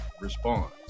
respond